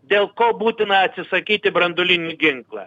dėl ko būtina atsisakyti branduolinį ginklą